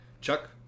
Chuck